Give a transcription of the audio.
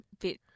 bit